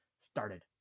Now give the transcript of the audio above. started